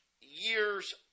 years